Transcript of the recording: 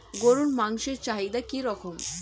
গরুর মাংসের চাহিদা কি রকম?